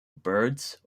birds